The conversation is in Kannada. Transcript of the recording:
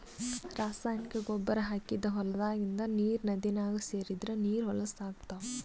ರಾಸಾಯನಿಕ್ ಗೊಬ್ಬರ್ ಹಾಕಿದ್ದ್ ಹೊಲದಾಗಿಂದ್ ನೀರ್ ನದಿನಾಗ್ ಸೇರದ್ರ್ ನೀರ್ ಹೊಲಸ್ ಆಗ್ತಾವ್